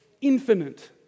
infinite